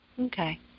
Okay